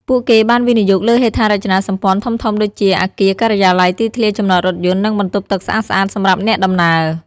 ពួកគេបានវិនិយោគលើហេដ្ឋារចនាសម្ព័ន្ធធំៗដូចជាអគារការិយាល័យ ទីធ្លាចំណតរថយន្ត និងបន្ទប់ទឹកស្អាតៗសម្រាប់អ្នកដំណើរ។